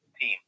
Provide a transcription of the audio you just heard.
team